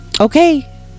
okay